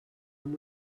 amb